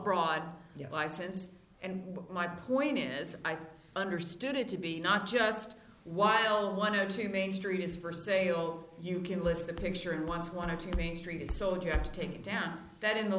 broad license and my point in as i understood it to be not just while one of two main street is for sale you can list a picture in once one of two main street is sold you have to take it down that in the